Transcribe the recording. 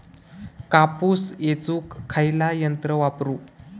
कापूस येचुक खयला यंत्र वापरू?